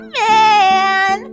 man